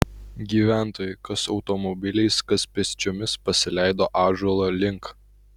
gyventojai kas automobiliais kas pėsčiomis pasileido ąžuolo link